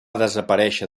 desaparèixer